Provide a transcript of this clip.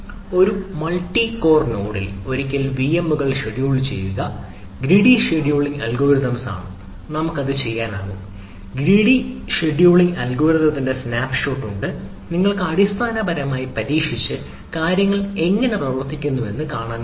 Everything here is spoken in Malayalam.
ഒരു മൾട്ടി കോർ നോഡിൽ ഉണ്ട് നിങ്ങൾക്ക് അടിസ്ഥാനപരമായി പരീക്ഷിച്ച് കാര്യങ്ങൾ എങ്ങനെ പ്രവർത്തിക്കുന്നുവെന്ന് കാണാൻ കഴിയും